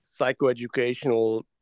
psychoeducational